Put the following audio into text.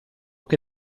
che